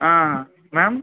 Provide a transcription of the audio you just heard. ஆ ma'am